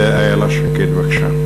איילת שקד, בבקשה.